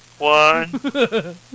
One